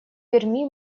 перми